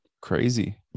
Crazy